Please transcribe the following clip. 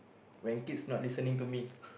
when kids not listening to me